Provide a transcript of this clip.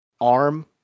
arm